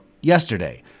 yesterday